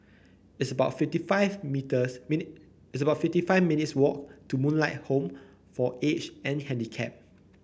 it's about fifty five meters mini it's about fifty five minutes' walk to Moonlight Home for Aged and Handicapped